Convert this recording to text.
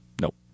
Nope